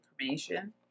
information